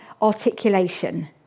articulation